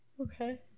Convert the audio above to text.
Okay